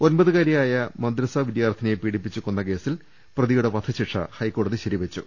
ഒമ്പതുവയസ്സുകാരിയായ മദ്രസാ വിദ്യാർത്ഥിനിയെ പീഡിപ്പി ച്ചുകൊന്ന കേസിൽ പ്രതിയുടെ വധശിക്ഷ ഹൈക്കോടതി ശരിവെ ച്ചു